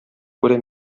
күрә